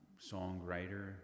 songwriter